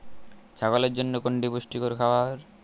ছাগলের জন্য কোনটি পুষ্টিকর খাবার?